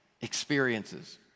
experiences